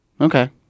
Okay